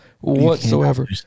whatsoever